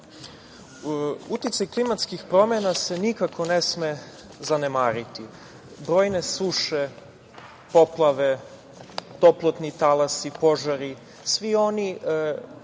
klimatskih promena se nikako ne sme zanemariti, brojne suše, poplave, toplotni talasi, požari, svi oni